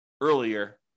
earlier